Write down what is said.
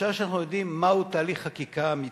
בשעה שאנחנו יודעים מהו תהליך חקיקה אמיתי,